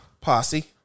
Posse